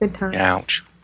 Ouch